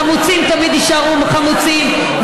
חמוצים תמיד יישארו חמוצים.